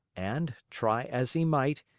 and, try as he might,